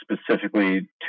specifically